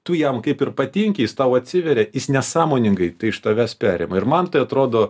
tu jam kaip ir patinki jis tau atsiveria jis nesąmoningai tai iš tavęs perima ir man tai atrodo